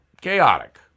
chaotic